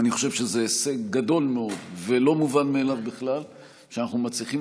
אני חושב שזה הישג גדול מאוד ולא מובן מאליו בכלל שאנחנו מצליחים